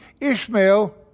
Ishmael